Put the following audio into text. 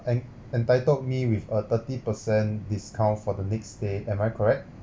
en~ entitled me with a thirty percent discount for the next stay am I correct